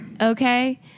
Okay